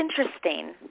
interesting